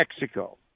Mexico